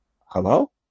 Hello